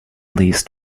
least